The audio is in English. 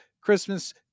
Christmas